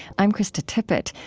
i'm krista tippett.